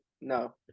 no